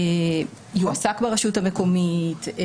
יועסק ברשות המקומית.